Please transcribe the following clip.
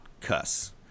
cuss